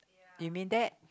you mean that